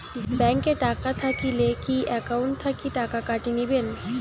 Bank এ টাকা থাকিলে কি একাউন্ট থাকি টাকা কাটি নিবেন?